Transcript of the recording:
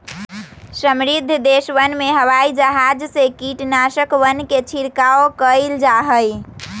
समृद्ध देशवन में हवाई जहाज से कीटनाशकवन के छिड़काव कइल जाहई